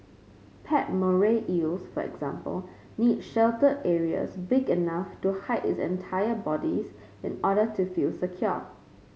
pet moray eels for example need sheltered areas big enough to hide its entire bodies in order to feel secure